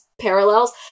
parallels